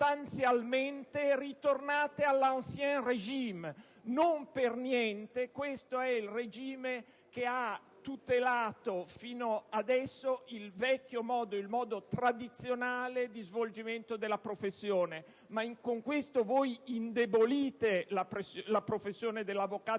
sostanzialmente ritornate all'*Ancien régime.* Non per niente questo è il regime che ha tutelato fino ad ora il vecchio modo, il modo tradizionale, di svolgere la professione. Ma in questo modo voi indebolite la professione dell'avvocato